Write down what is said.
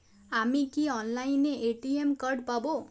আমি কি অনলাইনে এ.টি.এম কার্ড পাব?